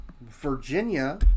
Virginia